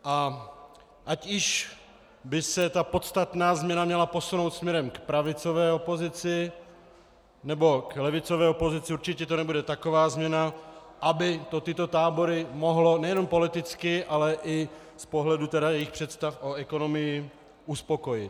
A ať již by se ta podstatná změna měla posunout směrem k pravicové opozici, nebo k levicové opozici, určitě to nebude taková změna, aby to tyto tábory mohlo nejenom politicky, ale i z pohledu jejich představ o ekonomii uspokojit.